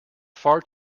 far